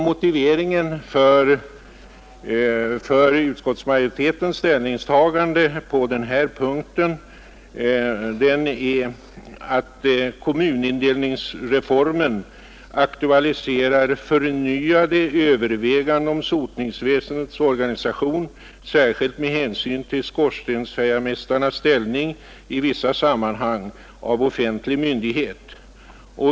Motiveringen för utskottsmajoritetens ställningstagande på den här punkten är att kommunindelningsreformen kan ”aktualisera förnyade överväganden om sotningsväsendets organisation, särskilt med hänsyn till skorstensfejarmästarens ställning i vissa sammanhang av offentlig myndighet.